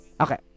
okay